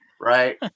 Right